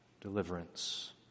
deliverance